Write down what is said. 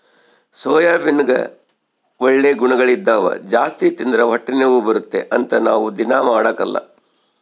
ಸೋಯಾಬೀನ್ನಗ ಒಳ್ಳೆ ಗುಣಗಳಿದ್ದವ ಜಾಸ್ತಿ ತಿಂದ್ರ ಹೊಟ್ಟೆನೋವು ಬರುತ್ತೆ ಅಂತ ನಾವು ದೀನಾ ಮಾಡಕಲ್ಲ